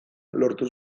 lortu